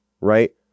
right